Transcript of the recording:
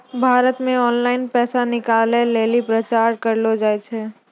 भारत मे ऑनलाइन पैसा निकालै लेली प्रचार करलो जाय छै